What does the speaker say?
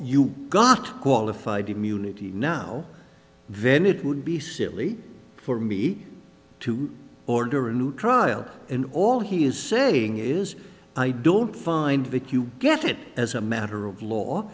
you got qualified immunity now then it would be silly for me to order a new trial and all he is saying is i don't find that you get it as a matter of law